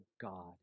God